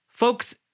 Folks